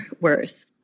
worse